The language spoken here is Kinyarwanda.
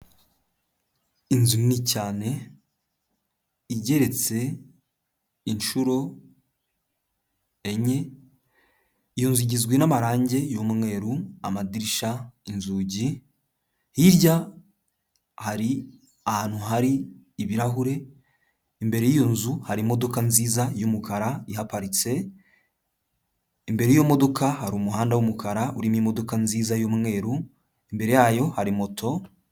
Inzu nini cyane igeretse inshuro enye, iyo nzu igizwe n'amarangi y'umweru, amadirishya, inzugi, hirya hari ahantu hari ibirahure, imbere y'iyo nzu hari imodoka nziza y'umukara ihaparitse, imbere y'iyo modoka hari umuhanda w'umukara urimo imodoka nziza y'umweru, imbere yayo hari moto...